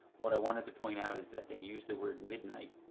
what i wanted to point out is that they use the word midnight